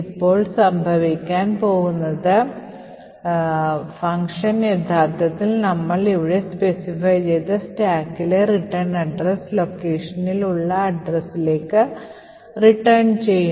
ഇപ്പോൾ സംഭവിക്കാൻ പോകുന്നത് ഫംഗ്ഷൻ യഥാർത്ഥത്തിൽ നമ്മൾ ഇവിടെ സ്പെസിഫൈ ചെയ്ത സ്റ്റാക്കിലെ റിട്ടേൺ അഡ്രസ് ലൊക്കേഷനിൽ ഉള്ള അഡ്രസ്സിലേക്ക്റിട്ടേൺ ചെയ്യുന്നു